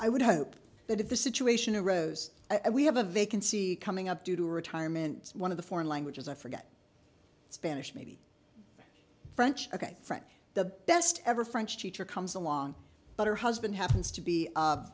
i would hope that if the situation arose we have a vacancy coming up due to retirement one of the foreign languages i forget spanish maybe french ok french the best ever french teacher comes along but her husband happens to be